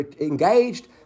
engaged